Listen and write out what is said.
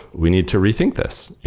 we need to rethink this.